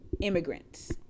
immigrants